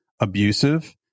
abusive